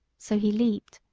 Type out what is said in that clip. so he leaped,